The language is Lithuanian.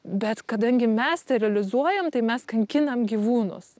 bet kadangi mes sterilizuojam tai mes kankinam gyvūnus